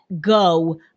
go